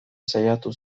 saiatu